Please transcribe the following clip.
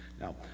Now